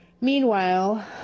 Meanwhile